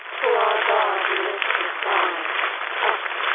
for our god he lifts his cry up,